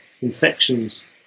infections